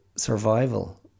Survival